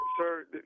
Sir